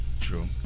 True